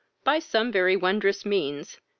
by some very wonderful means,